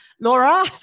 Laura